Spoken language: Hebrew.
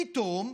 פתאום,